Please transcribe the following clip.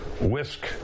whisk